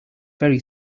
very